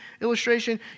illustration